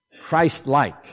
Christ-like